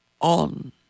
on